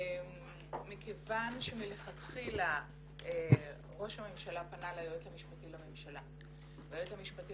מכיוון שמלכתחילה ראש הממשלה פנה ליועץ המשפטי לממשלה והיועץ המשפטי